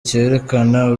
cyerekana